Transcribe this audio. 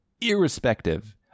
irrespective